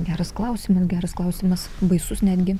geras klausimas geras klausimas baisus netgi